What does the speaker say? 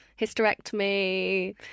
hysterectomy